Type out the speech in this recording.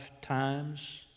times